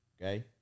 okay